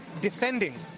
defending